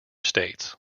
states